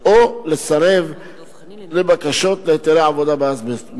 או לסרב לבקשות להיתרי עבודה באזבסט.